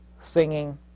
singing